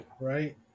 Right